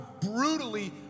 brutally